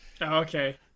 okay